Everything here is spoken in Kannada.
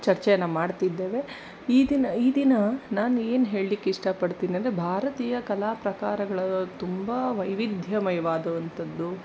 ಚರ್ಚೆಯನ್ನು ಮಾಡ್ತಿದ್ದೇವೆ ಈ ದಿನ ಈ ದಿನ ನಾನು ಏನು ಹೇಳಲಿಕ್ಕೆ ಇಷ್ಟಪಡ್ತೀನೆಂದ್ರೆ ಭಾರತೀಯ ಕಲಾ ಪ್ರಕಾರಗಳು ತುಂಬ ವೈವಿಧ್ಯಮಯವಾದಂಥದ್ದು